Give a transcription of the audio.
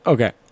Okay